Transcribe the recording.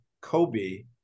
Kobe